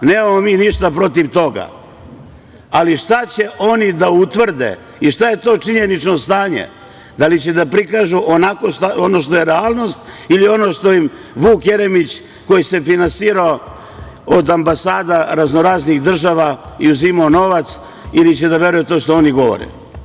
Nemamo mi ništa protiv toga, ali šta će oni da utvrde i šta je to činjenično stanje, da li će da prikažu ono što je realnost ili ono što Vuk Jeremić, koji se finansirao od ambasada raznoraznih država i uzimao novac, ili će da veruju u to što oni govore?